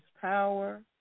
power